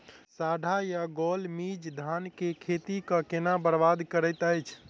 साढ़ा या गौल मीज धान केँ खेती कऽ केना बरबाद करैत अछि?